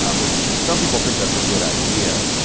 which some people think that's a good idea.